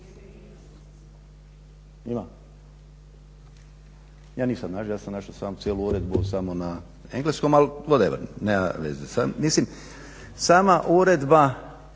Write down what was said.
Ima? Ja nisam našao, ja sam našao samo, cijelu uredbu, samo na engleskom ali whatever, nema veze. Mislim sama uredba